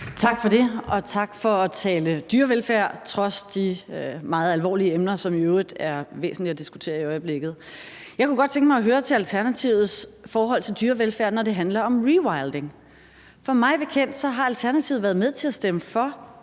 Tak for det, og tak for at tale dyrevelfærd trods de meget alvorlige emner, som i øvrigt er væsentlige at diskutere i øjeblikket. Jeg kunne godt tænke mig at høre om Alternativets forhold til dyrevelfærd, når det handler om rewilding. For mig bekendt har Alternativet været med til at stemme for